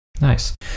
nice